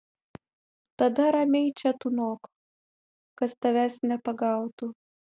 tada ramiai čia tūnok kad tavęs nepagautų